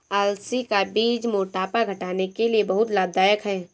अलसी का बीज मोटापा घटाने के लिए बहुत लाभदायक है